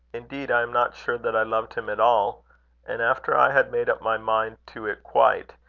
indeed, i am not sure that i loved him at all and after i had made up my mind to it quite,